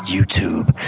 YouTube